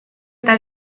eta